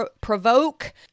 provoke